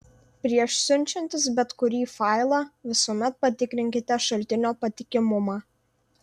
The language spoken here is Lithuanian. prieš siunčiantis bet kurį failą visuomet patikrinkite šaltinio patikimumą